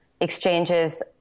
exchanges